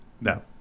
No